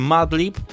Madlib